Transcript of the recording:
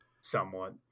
somewhat